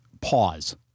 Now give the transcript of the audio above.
pause